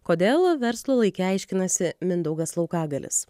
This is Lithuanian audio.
kodėl verslo laike aiškinasi mindaugas laukagalis